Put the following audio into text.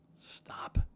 Stop